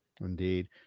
Indeed